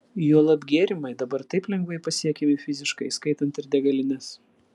juolab gėrimai dabar taip lengvai pasiekiami fiziškai įskaitant ir degalines